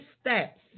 steps